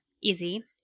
Easy